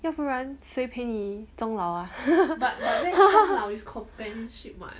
要不然谁陪你终老 ah